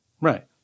Right